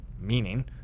meaning